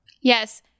Yes